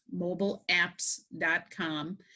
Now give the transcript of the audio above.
mobileapps.com